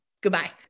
Goodbye